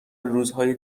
روزهای